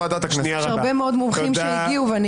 בושה.